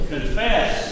Confess